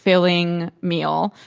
filling meal.